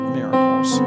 miracles